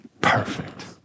perfect